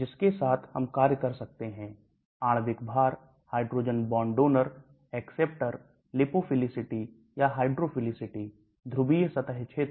इसका मतलब है कि इसे हाइड्रोफोबिक या लिपोफिलिक होना चाहिए इसलिए इसमें हाइड्रोफीलिसिटी कम होनी चाहिए